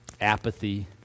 apathy